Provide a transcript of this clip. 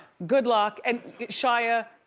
good luck and shia,